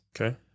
Okay